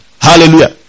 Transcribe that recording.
Hallelujah